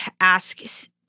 ask